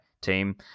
team